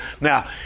Now